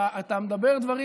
אתה מדבר דברים,